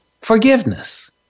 forgiveness